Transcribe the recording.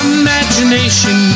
imagination